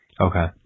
Okay